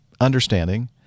understanding